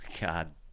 God